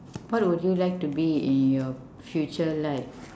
what would you like to be in your future life